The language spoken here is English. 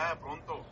pronto